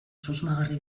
susmagarri